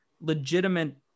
legitimate